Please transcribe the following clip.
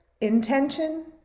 intention